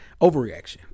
overreaction